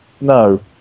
no